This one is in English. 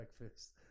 breakfast